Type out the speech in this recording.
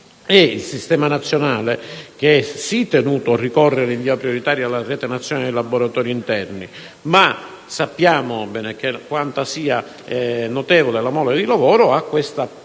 Il Sistema nazionale è - sì - tenuto a ricorrere in via prioritaria alla rete nazionale dei laboratori interni, ma, sapendo quanto sia notevole la mole di lavoro, ha anche la possibilità